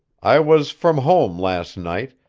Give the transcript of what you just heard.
i was from home last night,